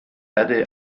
erde